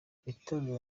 itorero